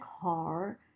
car